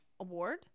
award